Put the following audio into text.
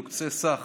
יוקצה סך